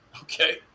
okay